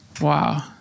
Wow